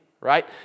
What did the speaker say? right